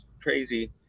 crazy